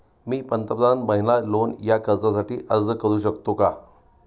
मी प्रधानमंत्री महिला लोन या कर्जासाठी अर्ज करू शकतो का?